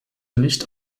nicht